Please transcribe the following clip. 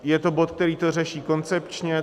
Je to bod, který to řeší koncepčně.